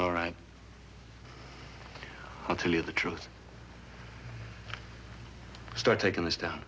all right i'll tell you the truth start taking this down